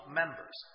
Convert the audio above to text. members